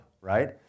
right